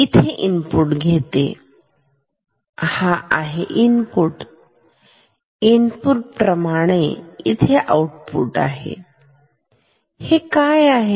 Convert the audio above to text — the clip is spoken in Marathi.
इथे इनपुट घेते हा आहे इनपुट इनपुट प्रमाणे इथे आउटपुट आहे ते काय आहे